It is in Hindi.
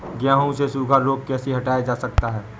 गेहूँ से सूखा रोग कैसे हटाया जा सकता है?